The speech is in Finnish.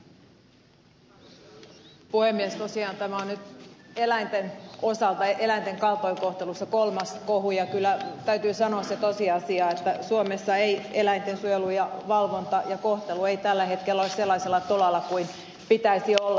tosiaan tämä on nyt eläinten osalta eläinten kaltoinkohtelussa kolmas kohu ja kyllä täytyy sanoa se tosiasia että suomessa eläinten suojelu valvonta ja kohtelu eivät tällä hetkellä ole sellaisella tolalla kuin niiden pitäisi olla